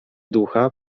ducha